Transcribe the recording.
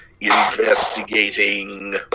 Investigating